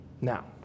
Now